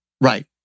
Right